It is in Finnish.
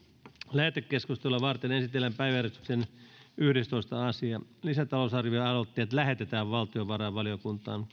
lähetekeskustelua varten esitellään päiväjärjestyksen yhdestoista asia lisätalousarvioaloitteet lähetetään valtiovarainvaliokuntaan